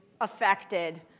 affected